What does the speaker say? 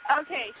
Okay